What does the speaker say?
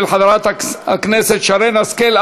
של חברת הכנסת שרן השכל.